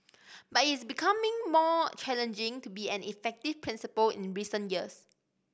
but it's becoming more challenging to be an effective principal in recent years